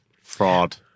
fraud